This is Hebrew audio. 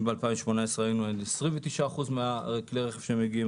אם ב-2018 היינו על 29% מכלי הרכב שמגיעים,